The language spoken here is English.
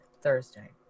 Thursday